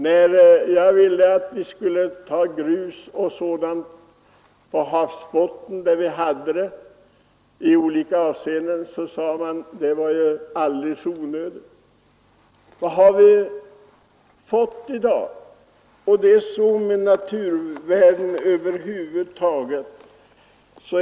När jag ville att vi skulle ta grus på havsbottnen där vi hade gott om det sade man att det var alldeles onödigt. Men vad har vi fått i dag? Det är samma sak med alla naturvärden.